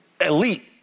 elite